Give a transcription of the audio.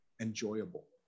enjoyable